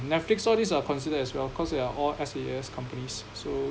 Netflix all these are considered as well cause they are all S_A_S companies so